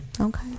Okay